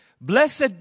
Blessed